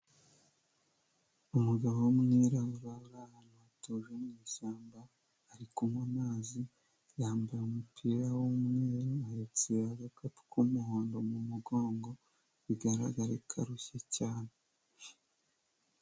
Umugabo w'umwirabura uri ahantu hatuje mu ishyamba ari kunywa amazi yambaye umupira w'umweru ahetse agakapu k'umuhondo mu mugongo bigaragare ko arushye cyane.